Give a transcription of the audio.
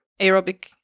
aerobic